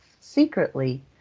secretly